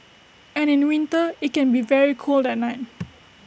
and in winter IT can be very cold at night